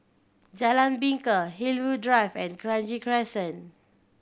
Jalan Bingka Hillview Drive and Kranji Crescent